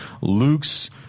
Luke's